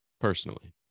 personally